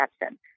exception